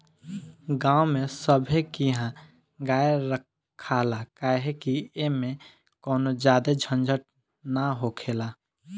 गांव में सभे किहा गाय रखाला काहे कि ऐमें कवनो ज्यादे झंझट ना हखेला